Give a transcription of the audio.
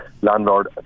landlord